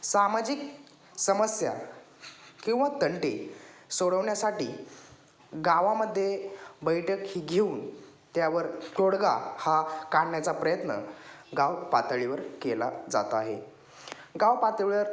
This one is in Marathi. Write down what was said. सामाजिक समस्या किंवा तंटे सोडवण्यासाठी गावामध्ये बैठक ही घेऊन त्यावर तोडगा हा काढण्याचा प्रयत्न गाव पातळीवर केला जात आहे गाव पातळीवर